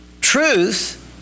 Truth